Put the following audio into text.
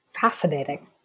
Fascinating